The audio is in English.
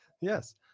Yes